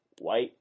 White